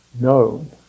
known